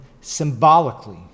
symbolically